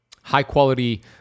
high-quality